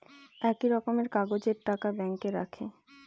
একই রকমের কাগজের টাকা ব্যাঙ্কে রাখে